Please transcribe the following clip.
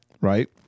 right